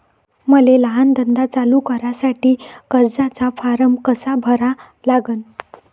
मले लहान धंदा चालू करासाठी कर्जाचा फारम कसा भरा लागन?